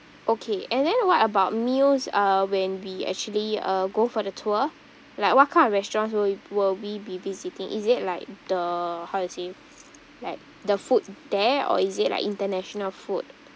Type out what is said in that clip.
okay and then what about meals uh when we actually uh go for the tour like what kind of restaurants will will we be visiting is it like the how to say like the food there or is it like international food